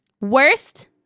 Worst